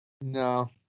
No